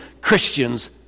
Christians